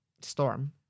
storm